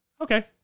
okay